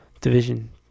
Division